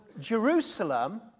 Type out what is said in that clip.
Jerusalem